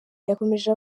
yakomeje